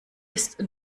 ist